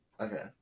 Okay